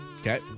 Okay